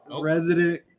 resident